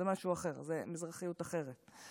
זה משהו אחר, זו מזרחיות אחרת.